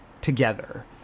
together